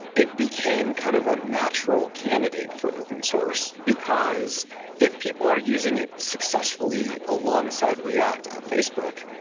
it became kind of a natural candidate for open-source because if people are using it successfully alongside react at facebook,